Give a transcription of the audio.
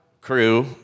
crew